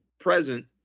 present